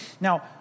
Now